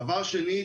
דבר שני,